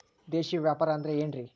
ದೇಶೇಯ ವ್ಯಾಪಾರ ಅಂದ್ರೆ ಏನ್ರಿ?